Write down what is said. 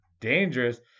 Dangerous